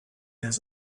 has